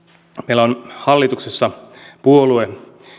meillä on hallituksessa puolue